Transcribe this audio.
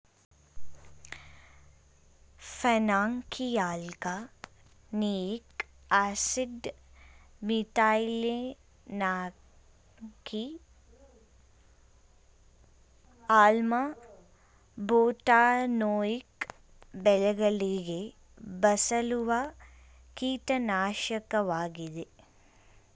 phenoxyalkanoic acid, methylphenoxy ಆಮ್ಲ, butanoic ಬೆಳೆಗಳಿಗೆ ಬಳಸುವ ಕೀಟನಾಶಕವಾಗಿದೆ